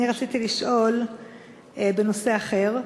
אני רציתי לשאול בנושא אחר.